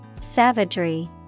Savagery